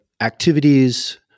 activities